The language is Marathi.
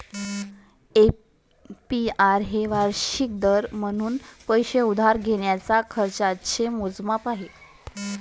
ए.पी.आर हे वार्षिक दर म्हणून पैसे उधार घेण्याच्या खर्चाचे मोजमाप आहे